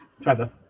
trevor